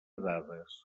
dades